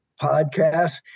podcast